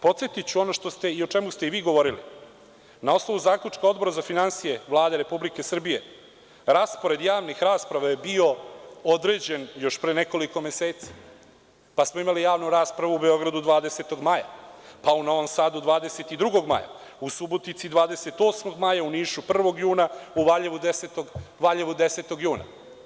Podsetiću i ono što ste vi govorili – na osnovu zaključka Odbora za finansije Vlade Republike Srbije raspored javnih rasprava je bio određen još pre nekoliko meseci, pa smo imali javnu raspravu u Beogradu 20. maja, pa u Novom Sadu 22. maja, u Subotici 28. maja, u Nišu 1. juna, u Valjevu 10. juna.